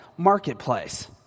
Marketplace